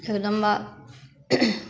Jagdamba